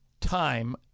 time